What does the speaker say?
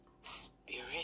spirit